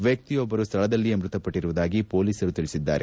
ವ್ಯಕ್ತಿಯೊಬ್ಬ ಸ್ಥಳದಲ್ಲಿಯೇ ಮೃತಪಟ್ಟರುವುದಾಗಿ ಪೊಲೀಸರು ತಿಳಿಸಿದ್ದಾರೆ